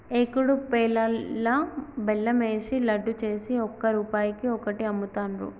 ఏకుడు పేలాలల్లా బెల్లం ఏషి లడ్డు చేసి ఒక్క రూపాయికి ఒక్కటి అమ్ముతాండ్రు